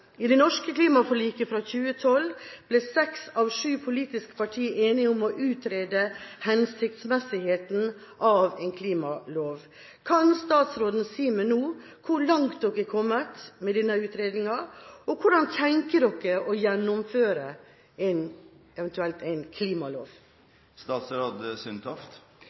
I det norske klimaforliket fra 2012 ble seks av sju politiske partier enige om å utrede hensiktsmessigheten av en klimalov. Kan statsråden nå si meg hvor langt dere har kommet med denne utredninga, og hvordan tenker dere å gjennomføre en